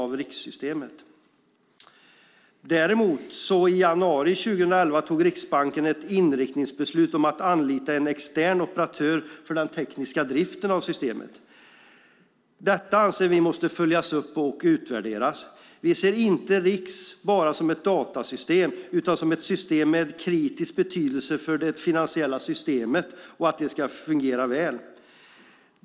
Däremot fattade Riksbanken i januari 2011 ett inriktningsbeslut om att anlita en extern operatör för den tekniska driften av systemet. Detta anser vi måste följas upp och utvärderas. Vi ser inte RIX bara som ett datasystem utan som ett system med kritisk betydelse för att det finansiella systemet ska fungera väl.